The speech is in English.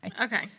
okay